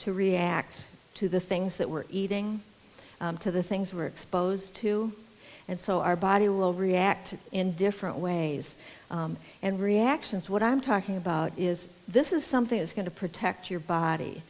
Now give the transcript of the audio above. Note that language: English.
to react to the things that we're eating to the things were exposed to and so our body will react in different ways and reactions what i'm talking about is this is something is going to protect your body